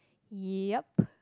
yep